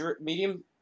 medium